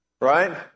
Right